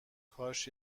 کاش